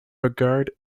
regard